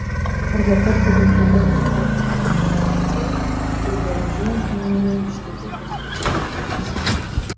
arba kartą važiavau autobusu į taizė ir bevažiuojant mane vėl ištiko kasos priepuolis